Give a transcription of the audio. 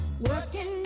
Working